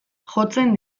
jotzen